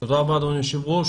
תודה רבה, אדוני היושב-ראש.